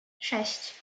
sześć